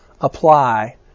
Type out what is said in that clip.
apply